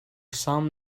some